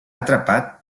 atrapat